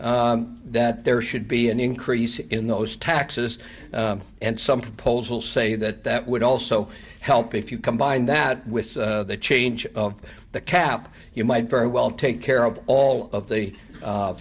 that there should be an increase in those taxes and some proposal say that that would also help if you combine that with the change of the cap you might very well take care of all of the